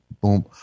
boom